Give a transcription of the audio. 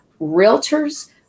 realtors